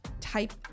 Type